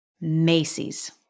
Macy's